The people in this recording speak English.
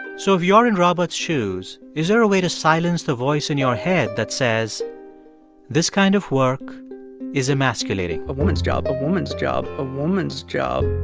so if you're in robert's shoes, is there a way to silence the voice in your head that says this kind of work is emasculating? a woman's job. a woman's job. a woman's job